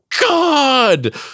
God